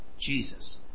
Jesus